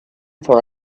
for